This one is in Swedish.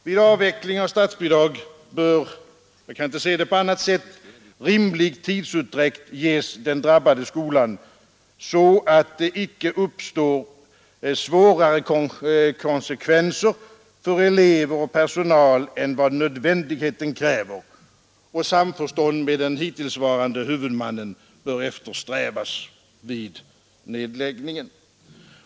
Vid avveckling av statsbidrag bör, jag kan inte se det på annat sätt, rimlig tidsutdräkt ges den drabbade skolan, så att det icke uppstår svårare konsekvenser för elever och personal än vad nödvändigheten kräver, och samförstånd med den hittillsvarande huvudmannen bör eftersträvas vid nedläggningen.